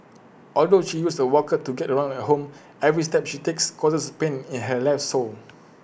although she uses A walker to get around at home every step she takes causes pain in her left sole